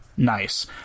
nice